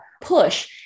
push